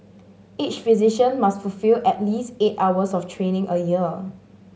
each physician must fulfil at least eight hours of training a year